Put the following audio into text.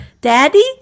daddy